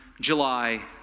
July